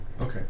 Okay